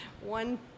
one